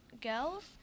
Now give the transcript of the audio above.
girls